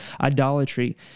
idolatry